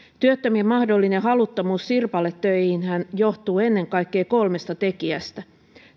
työttömien mahdollinen haluttomuus sirpaletöihinhän johtuu ennen kaikkea kolmesta tekijästä